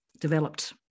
developed